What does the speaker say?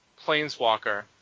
Planeswalker